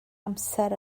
amser